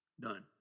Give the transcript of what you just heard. Done